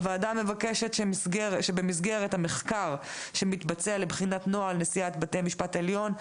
הוועדה מבקשת שבמסגרת המחקר שמתבצע לבחינת נוהל נשיאת בית המשפט העליון,